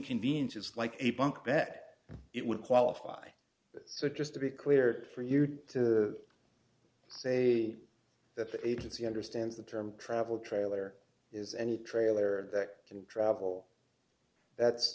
it's like a bunk that it would qualify so just to be clear for you to say that the agency understands the term travel trailer is any trailer that can travel that's